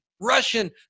Russian